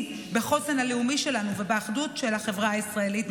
בחוסן הלאומי שלנו ובאחדות של החברה הישראלית,